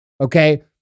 okay